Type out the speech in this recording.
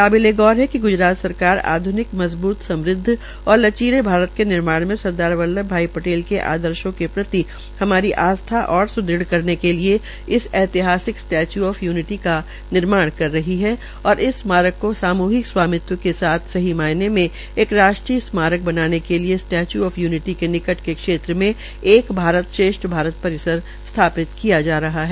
काबिले गौर है कि ग्रजराज सरकार आध्निक मजबूत समुदव और लचीले भारत के निर्माण के सरकार वल्भव भाई पटेल के आर्दशों के प्रति हमारी आस्था और स्दृढ़ करने हेत् इसे ऐतिहासिक स्टैच्य् आफ यूनिटी का निर्माण कर रही है और इस पर स्मारक को सामूहिक स्वामित्व के साथ सही मायने मे एक राष्ट्रीय स्मारक बनाने के लिए के निकट के क्षेत्र में एक भारत श्रेष्ठ भारत स्टेच्य् आफ युनिटी परिसर स्थापित किया जा रहा है